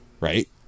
right